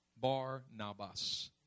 Bar-Nabas